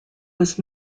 was